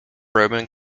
roman